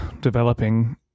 developing